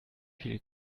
viele